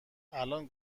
الان